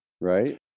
Right